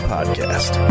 Podcast